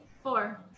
Four